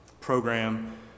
program